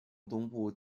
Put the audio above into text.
东部